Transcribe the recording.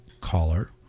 caller